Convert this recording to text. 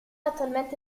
attualmente